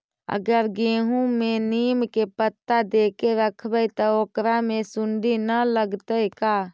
अगर गेहूं में नीम के पता देके यखबै त ओकरा में सुढि न लगतै का?